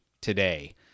today